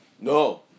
No